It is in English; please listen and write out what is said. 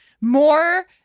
more